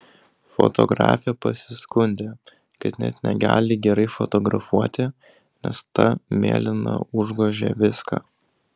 fotografė pasiskundė kad net negali gerai fotografuoti nes ta mėlyna užgožia viską